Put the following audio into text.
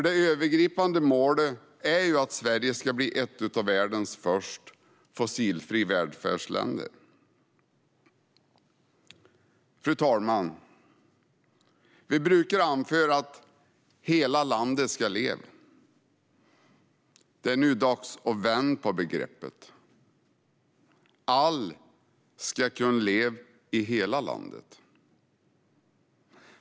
Det övergripande målet är ju att Sverige ska bli ett av världens första fossilfria välfärdsländer. Fru talman! Vi brukar anföra att hela landet ska leva. Det är nu dags att vända på begreppet: Alla ska kunna leva i hela landet.